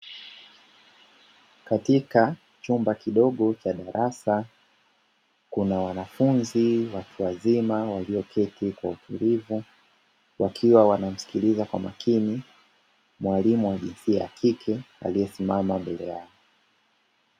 Katika chumba kidogo cha darasa kuna wanafunzi watu wazima walioketi kwa utulivu, wakiwa wanamsikiliza kwa makini mwalimu wa jinsia ya kike aliesimama mbele yao.